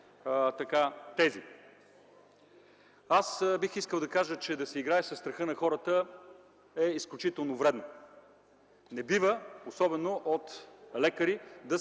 тези. Бих искал да кажа, че да се играе със страха на хората е изключително вредно. Не бива особено от лекари да